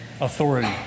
Authority